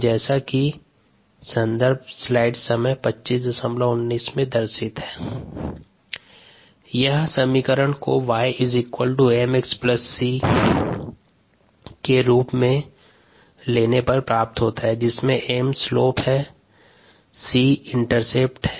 1vKmSvmSKmvm1S1vm यह समीकरण को y mx c के रूप में हैं जिस्म m स्लोप और c इंटरसेप्ट हैं